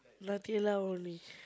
Nutella only